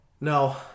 No